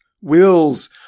Wills